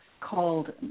called